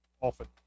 often